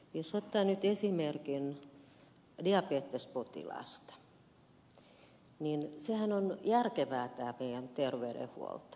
jos ottaa nyt esimerkin diabetespotilaasta niin siinähän on järkevää tämä meidän terveydenhuoltomme